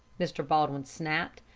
mr. baldwin snapped.